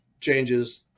changes